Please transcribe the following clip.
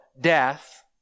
death